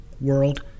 world